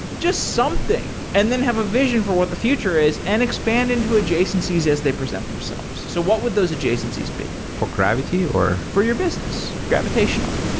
just something, and then have a vision for what the future is and expand into adjacencies as they present themselves. so what would those adjacencies be? for gravity or for your business, gravitational.